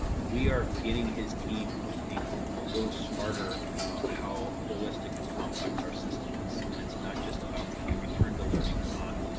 we are getting his team. i think a little smarter about how holistic and complex our system is. and it's not just about can we return to learning or not.